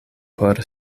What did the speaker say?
por